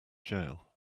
jail